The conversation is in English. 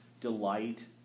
delight